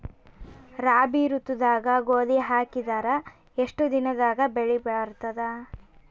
ರಾಬಿ ಋತುದಾಗ ಗೋಧಿ ಹಾಕಿದರ ಎಷ್ಟ ದಿನದಾಗ ಬೆಳಿ ಬರತದ?